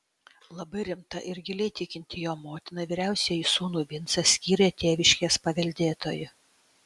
labai rimta ir giliai tikinti jo motina vyriausiąjį sūnų vincą skyrė tėviškės paveldėtoju